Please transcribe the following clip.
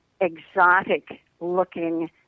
exotic-looking